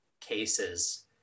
cases